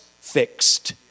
fixed